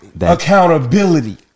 Accountability